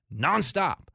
nonstop